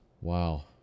Wow